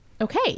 okay